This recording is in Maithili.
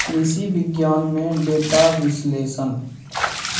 कृषि विज्ञान में डेटा विश्लेषण